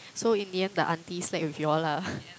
so in the end the auntie slack with you all lah